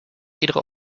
iedere